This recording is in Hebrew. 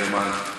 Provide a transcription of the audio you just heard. גרמן.